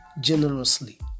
generously